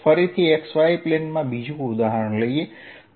ફરીથી xy પ્લેનમાં બીજું ઉદાહરણ લઈએ